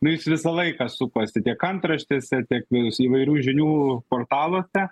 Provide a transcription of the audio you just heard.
nu jis visą laiką supasi tiek antraštėse tiek įvairių žinių portaluose